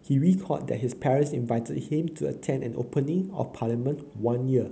he recalled that his parents invited him to attend an opening of Parliament one year